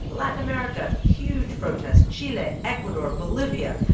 latin america huge protests. chile, ecuador, bolivia,